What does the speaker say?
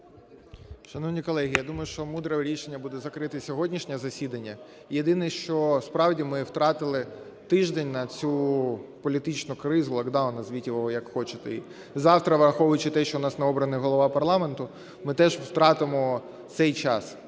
Шановні колеги, я думаю, що мудре рішення буде закрити сьогоднішнє засідання. Єдине що, справді ми втратили тиждень на цю політичну кризу, локдаун, назвіть його, як хочете. І завтра, враховуючи те, що у нас не обраний голова парламенту, ми теж втратимо цей час.